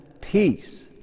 peace